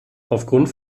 aufgrund